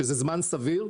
שזה זמן סביר.